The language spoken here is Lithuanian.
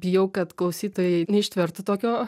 bijau kad klausytojai neištvertų tokio